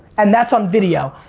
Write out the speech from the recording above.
and that's on video.